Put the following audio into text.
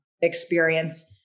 experience